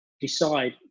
Decide